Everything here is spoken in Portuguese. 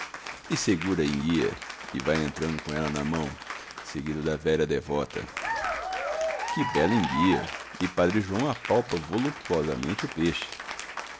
gula e segura a enguia e vai entrando com ela na mão seguido da velha devota que bela enguia e padre joão apalpa voluptuosamente o peixe